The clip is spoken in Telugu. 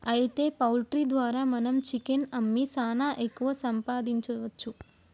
అయితే పౌల్ట్రీ ద్వారా మనం చికెన్ అమ్మి సాన ఎక్కువ సంపాదించవచ్చు